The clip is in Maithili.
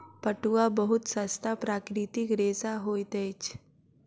पटुआ बहुत सस्ता प्राकृतिक रेशा होइत अछि